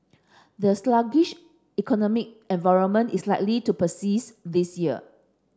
the sluggish economic environment is likely to persist this year